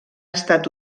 estat